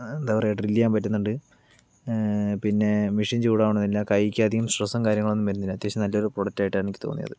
എന്താ പറയുക ഡ്രിൽ ചെയ്യാൻ പറ്റുന്നുണ്ട് പിന്നെ മെഷീൻ ചൂടാകുന്നതും ഇല്ല കൈ അധികം സ്ട്രെസും കാര്യങ്ങളൊന്നും വരുന്നില്ല അത്യാവശ്യം നല്ലൊരു പ്രൊഡക്റ്റായിട്ടാണ് എനിക്ക് തോന്നിയത്